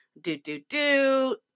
do-do-do